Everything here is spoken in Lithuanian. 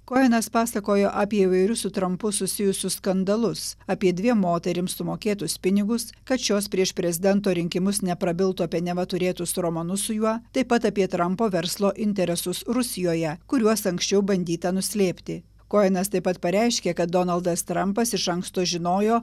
koenas pasakojo apie įvairius su trampu susijusius skandalus apie dviem moterims sumokėtus pinigus kad šios prieš prezidento rinkimus neprabiltų apie neva turėtus romanus su juo taip pat apie trampo verslo interesus rusijoje kuriuos anksčiau bandyta nuslėpti koenas taip pat pareiškė kad donaldas trampas iš anksto žinojo